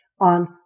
on